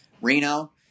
Reno